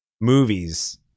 movies